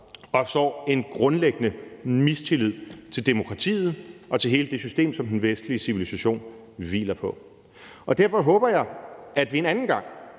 og sår en grundlæggende mistillid til demokratiet og til hele det system, som den vestlige civilisation hviler på. Derfor håber jeg, at vi en anden gang,